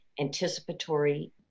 anticipatory